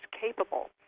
capable